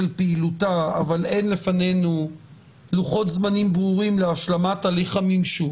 פעילותה אבל אין לפנינו לוחות זמנים ברורים להשלמת הליך הממשוק